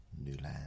Newland